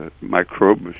microbes